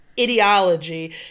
ideology